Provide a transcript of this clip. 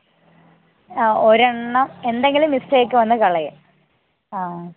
ആ ഒരെണ്ണം എന്തെങ്കിലും മിസ്റ്റേക്ക് വന്ന് കളയും ആ